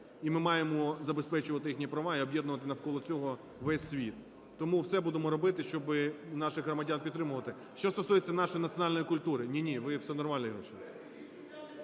І ми маємо забезпечувати їхні права, і об'єднувати навколо цього весь світ. Тому все будемо робити, щоб наших громадян підтримувати. Що стосується нашої національної культури. Ні-ні, ви все нормально, Ігор